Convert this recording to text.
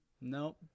nope